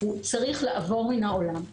הוא צריך לעבור מן העולם.